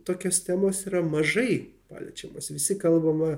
tokios temos yra mažai paliečiamos visi kalbama